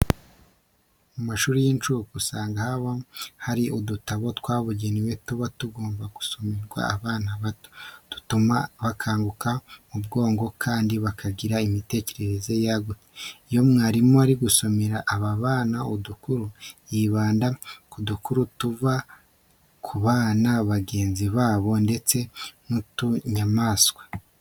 Mu mashuri y'incuke usanga haba hari udutabo twabugenewe tuba tugomba gusomerwa abana bato dutuma bakanguka mu bwonko kandi bakagira imitekerereze yagutse. Iyo umwarimu ari gusomera aba bana udukuru, yibanda ku dukuru tuvuga ku bana bagenzi babo ndetse n'utunyamaswa.